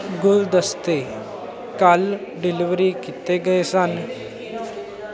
ਗੁਲਦਸਤੇ ਕੱਲ੍ਹ ਡਿਲੀਵਰੀ ਕੀਤੇ ਗਏ ਸਨ